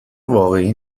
واقعی